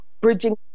bridging